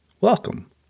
Welcome